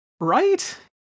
right